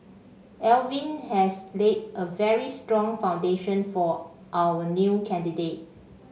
Alvin has laid a very strong foundation for our new candidate